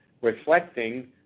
reflecting